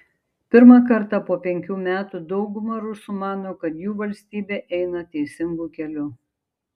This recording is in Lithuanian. pirmą kartą po penkių metų dauguma rusų mano kad jų valstybė eina teisingu keliu